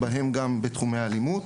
ובהם גם בתחומי האלימות.